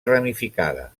ramificada